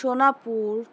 Sonarpur